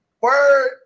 Word